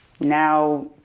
Now